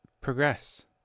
progress